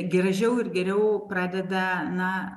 gražiau ir geriau pradeda na